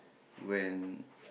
when